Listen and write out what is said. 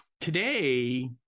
Today